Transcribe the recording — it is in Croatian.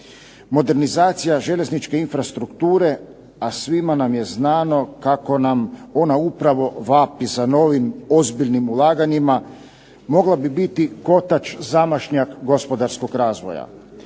Modernizacija željezničke infrastrukture, a svima nam je znano kako nam ona upravo vapi za novim ozbiljnim ulaganjima mogla bi biti kotač zamašnjak gospodarskog razvoja.